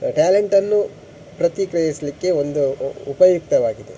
ಟ್ಯಾಲೆಂಟನ್ನು ಪ್ರತಿಕ್ರಿಯಿಸ್ಲಿಕ್ಕೆ ಒಂದು ಉಪಯುಕ್ತವಾಗಿದೆ